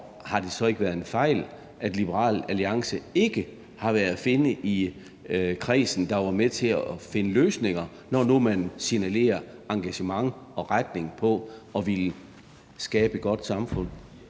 har det så ikke været en fejl, at Liberal Alliance ikke har været at finde i kredsen, der var med til at finde løsninger, når nu man signalerer engagement i og retning for at ville skabe et godt samfund?